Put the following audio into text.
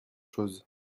chose